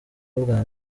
ubwa